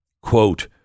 Quote